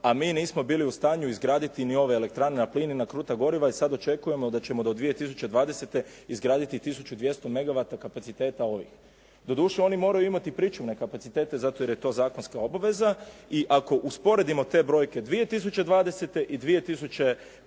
a mi nismo bili u stanju izgraditi ni ove elektrane na plin i na kruta goriva i sad očekujemo da ćemo do 2020. izgraditi 1200 megavata kapaciteta ovih. Doduše, oni moraju imati pričuvne kapacitete zato jer je to zakonska obveza i ako usporedimo te brojke 2020. i 2008.